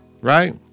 right